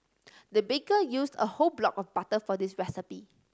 the baker used a whole block of butter for this recipe